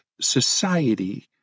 society